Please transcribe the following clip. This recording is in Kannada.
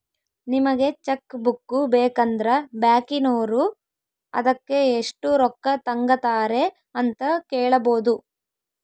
ನಿಮಗೆ ಚಕ್ ಬುಕ್ಕು ಬೇಕಂದ್ರ ಬ್ಯಾಕಿನೋರು ಅದಕ್ಕೆ ಎಷ್ಟು ರೊಕ್ಕ ತಂಗತಾರೆ ಅಂತ ಕೇಳಬೊದು